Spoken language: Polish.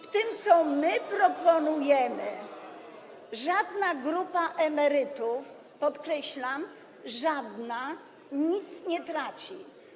Na tym, co my proponujemy, żadna grupa emerytów, podkreślam: żadna, nic nie traci.